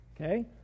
okay